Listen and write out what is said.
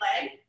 leg